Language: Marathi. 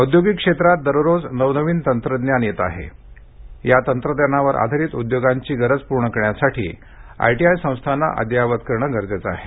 औद्योगिक क्षेत्रात दररोज नवनवीन तंत्रज्ञान येत आहे त्या तंत्रज्ञानाधारित उद्योगांची गरज पूर्ण करण्यासाठी आयटीआय संस्थांना अद्ययावत करणं गरजेचं आहे